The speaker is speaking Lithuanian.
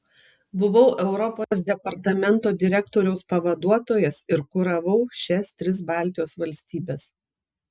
buvau europos departamento direktoriaus pavaduotojas ir kuravau šias tris baltijos valstybes